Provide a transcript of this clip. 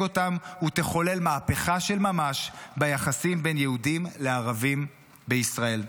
אותם ותחולל מהפכה של ממש ביחסים בין יהודים לערבים בישראל.